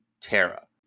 terra